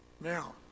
Now